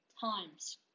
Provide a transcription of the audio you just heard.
times